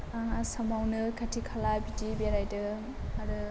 आं आसामावनो खाथि खाला बिदि बेरायदों आरो